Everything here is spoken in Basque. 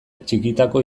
txikitako